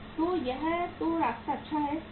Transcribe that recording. तो या तो रास्ता अच्छा है